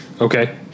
Okay